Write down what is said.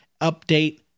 update